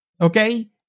Okay